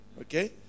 Okay